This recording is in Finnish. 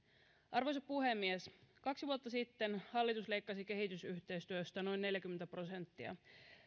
arvoisa puhemies kaksi vuotta sitten hallitus leikkasi kehitysyhteistyöstä noin neljäkymmentä prosenttia